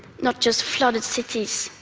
not just flooded cities,